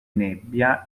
nebbia